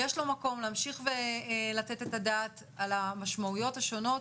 יש לו מקום להמשיך ולתת את הדעת על המשמעויות השונות.